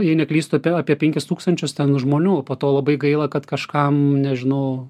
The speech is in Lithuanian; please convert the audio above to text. jei neklystu apie penkis tūkstančius ten žmonių po to labai gaila kad kažkam nežinau